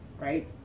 right